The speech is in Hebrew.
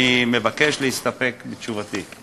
אני מבקש להסתפק בתשובתי.